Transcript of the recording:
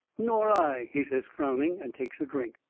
nor i, he says, frowning, and takes a drink.